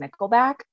Nickelback